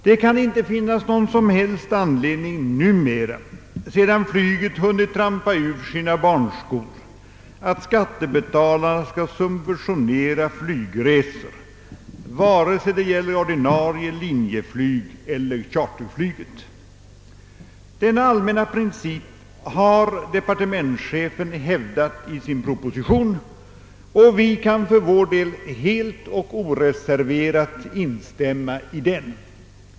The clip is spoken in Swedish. Det kan inte finnas någon som helst anledning numera, sedan flyget hunnit trampa ur sina barnskor, att skattebetalarna skall subventionera flygresor, vare sig det gäller ordinarie linjeflyg eller charterflyg. Den allmänna principen har departementschefen hävdat i sin proposition, och vi kan för vår del oreserverat instämma i den.